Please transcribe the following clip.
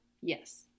yes